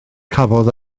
cafodd